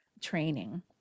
training